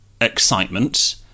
excitement